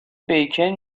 بیکن